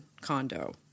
condo